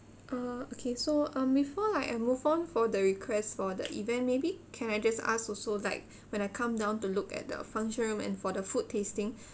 uh okay so um before like I move on for the request for the event maybe can I just ask also like when I come down to look at the function room and for the food tasting